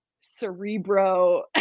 cerebro